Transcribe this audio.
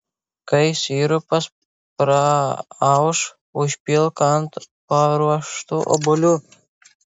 kai sirupas praauš užpilk ant paruoštų obuolių